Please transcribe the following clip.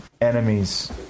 enemies